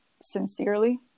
sincerely